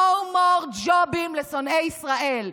no more ג'ובים לשונאי ישראל.